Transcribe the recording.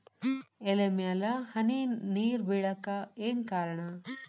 ಎಲೆ ಮ್ಯಾಲ್ ಹನಿ ನೇರ್ ಬಿಳಾಕ್ ಏನು ಕಾರಣ?